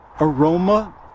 aroma